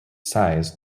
size